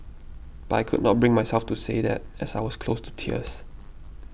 but I could not bring myself to say that as I was close to tears